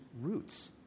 roots